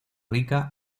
rica